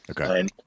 Okay